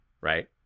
right